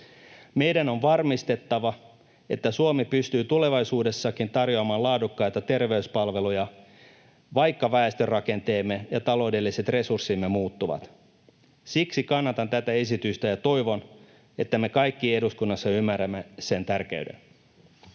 Meidän on varmistettava, että Suomi pystyy tulevaisuudessakin tarjoamaan laadukkaita terveyspalveluja, vaikka väestörakenteemme ja taloudelliset resurssimme muuttuvat. Siksi kannatan tätä esitystä ja toivon, että me kaikki eduskunnassa ymmärrämme sen tärkeyden.